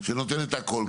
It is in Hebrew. שנותן את הכל.